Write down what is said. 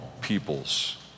peoples